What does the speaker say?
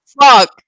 fuck